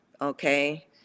okay